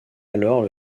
alors